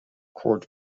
cord